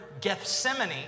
Gethsemane